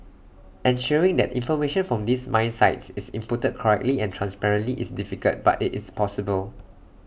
ensuring that information from these mine sites is inputted correctly and transparently is difficult but IT is possible